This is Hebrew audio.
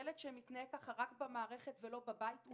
ילד שמתנהג כך רק במערכת ולא בבית הוא